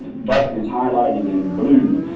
but and is highlighted in blue.